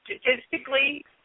statistically